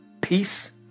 Peace